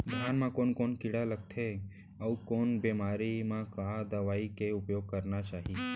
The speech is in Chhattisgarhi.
धान म कोन कोन कीड़ा लगथे अऊ कोन बेमारी म का दवई के उपयोग करना चाही?